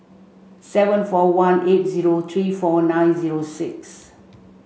seven four one eight zero three four nine zero six